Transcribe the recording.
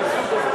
45, אין מתנגדים.